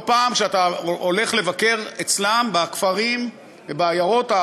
לא פעם כשאתה הולך לבקר אצלם בכפרים ובעיירות,